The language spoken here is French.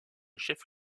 chef